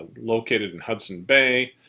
located in hudson bay,